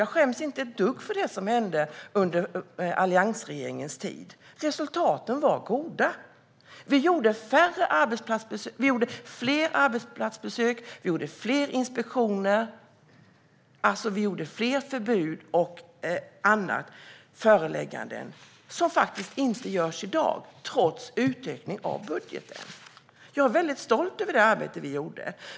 Jag skäms inte ett dugg för det som hände under alliansregeringens tid. Resultaten var goda. Vi gjorde fler arbetsplatsbesök, fler inspektioner och införde fler förbud och förelägganden och annat som faktiskt inte görs i dag trots utökningen av budgeten. Jag är mycket stolt över det arbete vi gjorde.